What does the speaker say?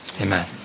Amen